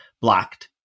blocked